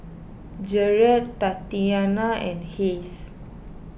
Jarret Tatiana and Hayes